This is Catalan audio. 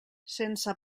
sense